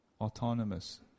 autonomous